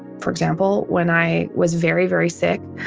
for example, when i was very, very sick,